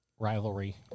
Rivalry